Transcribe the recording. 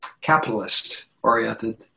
capitalist-oriented